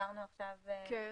אני